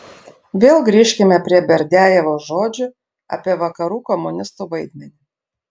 vėl grįžkime prie berdiajevo žodžių apie vakarų komunistų vaidmenį